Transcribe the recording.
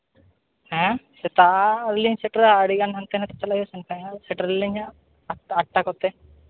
ᱦᱮᱸ ᱥᱮᱛᱟᱜ ᱨᱮᱜᱮᱞᱤᱧ ᱥᱮᱴᱮᱨᱟ ᱟᱹᱰᱤ ᱜᱟᱱ ᱦᱟᱱᱛᱮ ᱱᱟᱛᱮ ᱪᱟᱞᱟᱜ ᱦᱩᱭᱩᱜ ᱠᱟᱱᱟ ᱥᱮᱴᱮᱨ ᱟᱹᱞᱤᱧ ᱦᱟᱸᱜ ᱟᱴᱴᱟ ᱠᱚᱛᱮ